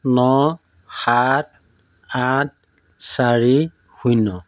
ন সাত আঠ চাৰি শূন্য